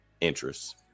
interests